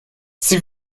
sie